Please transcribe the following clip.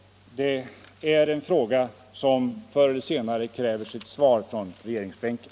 Det är en fråga som förr eller senare kräver sitt svar från regeringsbänken.